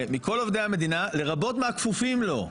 לרבות מהכפופים לו.